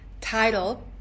title